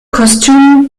kostüm